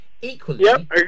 equally